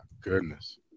goodness